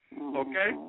Okay